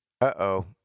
Uh-oh